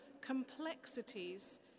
complexities